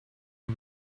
who